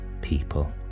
people